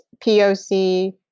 POC